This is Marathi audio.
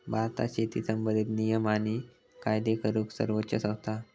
भारतात शेती संबंधित नियम आणि कायदे करूक सर्वोच्च संस्था हा